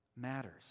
matters